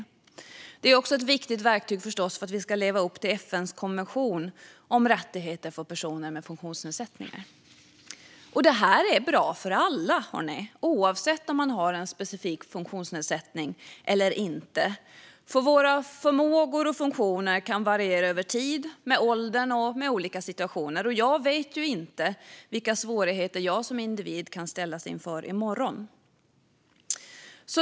Det är förstås också ett viktigt verktyg för att vi ska leva upp till FN:s konvention om rättigheter för personer med funktionsnedsättningar. Det här är bra för alla, oavsett om man har en specifik funktionsnedsättning eller inte. Våra förmågor och funktioner kan variera över tid, med åldern och mellan olika situationer. Jag vet ju inte vilka svårigheter jag som individ kan ställas inför i morgon.